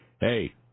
hey